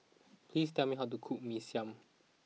please tell me how to cook Mee Siam